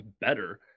better